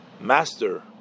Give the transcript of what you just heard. master